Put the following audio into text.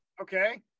okay